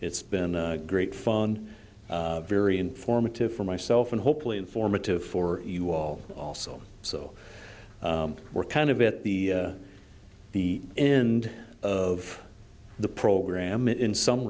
it's been a great fun very informative for myself and hopefully informative for you all also so we're kind of at the the end of the program in some